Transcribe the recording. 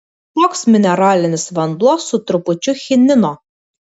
toks mineralinis vanduo su trupučiu chinino